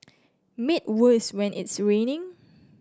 made worse when it's raining